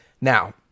Now